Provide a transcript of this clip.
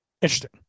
Interesting